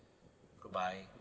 goodbye